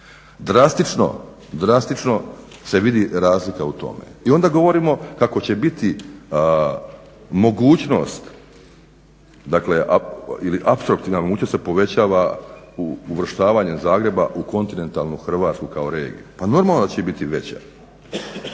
Drastično se vidi razlika u tome. I onda govorimo kako će biti mogućnosti ili apstraktivna mogućnost se povećava uvrštavanjem Zagreba u kontinentalnu Hrvatsku kao regiju. Pa normalno da će biti veća